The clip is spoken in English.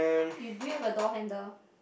you do you have a door handle